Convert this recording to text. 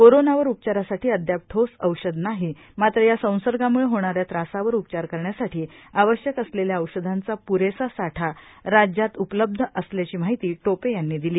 कोरोनावर उपचारासाठी अदयाप ठोस औषध नाही मात्र या संसर्गामुळे होणाऱ्या त्रासावर उपचार करण्यासाठी आवश्यक असलेल्या औषधांचा प्रेसा साठा राज्यात उपलब्ध असल्याची माहिती टोपे यांनी दिली